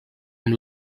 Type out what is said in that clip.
amb